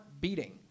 beating